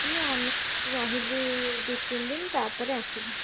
ଆମେ ରହିବୁ ଦୁଇ ତିନି ଦିନ ତାପରେ ଆସିବୁ